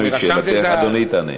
גם אם שאלתך, אדוני, תענה.